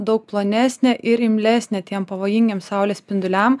daug plonesnė ir imlesnė tiem pavojingiem saulės spinduliam